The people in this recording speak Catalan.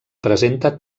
presenta